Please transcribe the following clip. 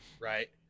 right